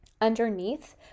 underneath